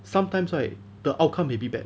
sometimes right the outcome may be bad